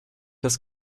das